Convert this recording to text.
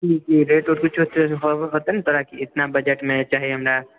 rate ऊट कुछो हेतो न तोरा की एतना बजटमे चाही हमरा